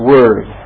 Word